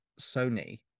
Sony